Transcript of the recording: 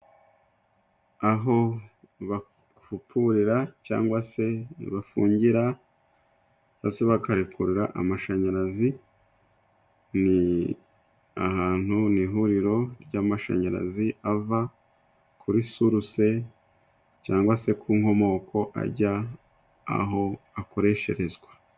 Aho bafukurira cyangwa se bafungira cangwa se bakarekura amashanyarazi. Ni ahantu n'ihuriro ry'amashanyarazi ava kuri suruse cyangwa se ku nkomoko ajya aho akoresherezwa.